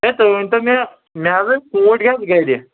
A تُہۍ ؤنۍتو مےٚ مےٚ حظ ٲسۍ ژوٗنٛٹۍ گرِ